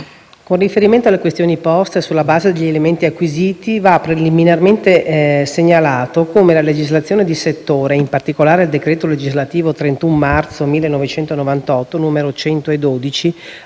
con riferimento alle questioni poste, sulla base degli elementi acquisiti, va, preliminarmente, segnalato come la legislazione di settore e, in particolare, il decreto legislativo 31 marzo 1998, n. 112,